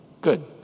Good